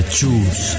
choose